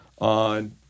on